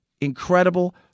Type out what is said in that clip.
Incredible